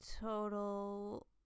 total